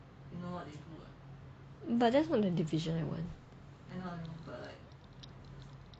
but that's not the division I want